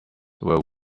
were